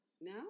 No